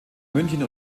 münchen